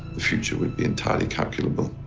the future would be entirely calculable.